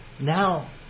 now